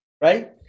Right